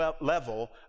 level